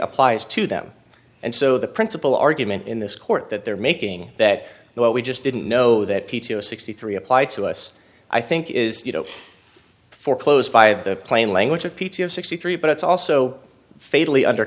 applies to them and so the principal argument in this court that they're making that what we just didn't know that p t o sixty three apply to us i think is you know foreclosed by the plain language of p t of sixty three but it's also